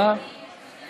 35